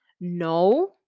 No